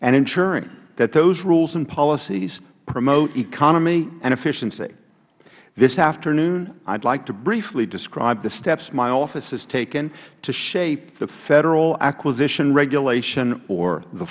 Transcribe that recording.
and ensuring that those rules and policies promote economy and efficiency this afternoon i would like to briefly describe the steps my office has taken to shape the federal acquisition regulation or the